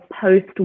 post